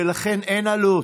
ולכן אין עלות,